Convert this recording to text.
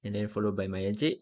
and then followed by my encik